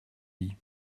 dit